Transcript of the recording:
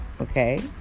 okay